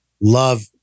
love